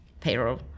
payroll